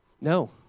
no